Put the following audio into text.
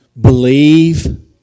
believe